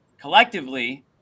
collectively